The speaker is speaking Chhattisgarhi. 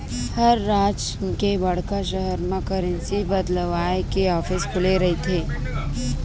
हर राज के बड़का सहर म करेंसी बदलवाय के ऑफिस खुले रहिथे